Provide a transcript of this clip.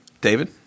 David